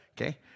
Okay